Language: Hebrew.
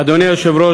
אדוני היושב-ראש,